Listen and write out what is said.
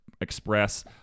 Express